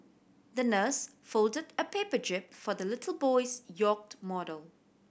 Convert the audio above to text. the nurse folded a paper jib for the little boy's yacht model